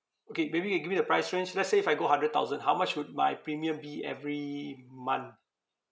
okay maybe you give me the price range let's say if I go hundred thousand how much would my premium be every month